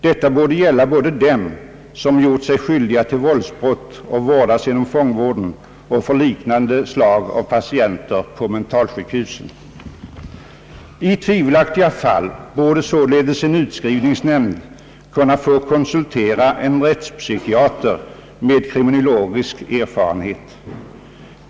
Detta borde gälla både dem, som gjort sig skyldiga till våldsbrott och vårdas inom fångvården, och liknande slag av patienter på mentalsjukhus. I tvivelaktiga fall borde således en utskrivningsnämnd kunna få konsultera en rättspsykiater med kriminologisk erfarenhet.